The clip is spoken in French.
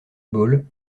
ball